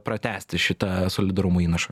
pratęsti šitą solidarumo įnašą